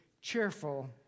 cheerful